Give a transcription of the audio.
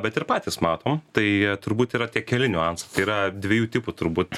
bet ir patys matom tai turbūt yra tie keli niuansai yra dviejų tipų turbūt